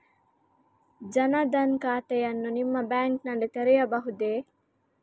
ಜನ ದನ್ ಖಾತೆಯನ್ನು ನಿಮ್ಮ ಬ್ಯಾಂಕ್ ನಲ್ಲಿ ತೆರೆಯಬಹುದೇ?